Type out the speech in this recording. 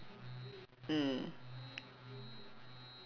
mm